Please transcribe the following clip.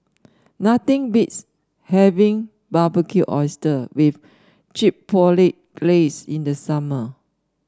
nothing beats having Barbecued Oysters with Chipotle Glaze in the summer